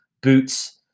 boots